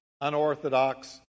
unorthodox